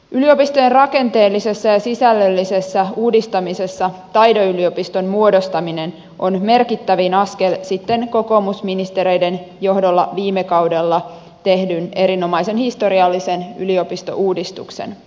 yliopistojen rakenteellisessa ja sisällöllisessä uudistamisessa taideyliopiston muodostaminen on merkittävin askel sitten kokoomusministereiden johdolla viime kaudella tehdyn erinomaisen historiallisen yliopistouudistuksen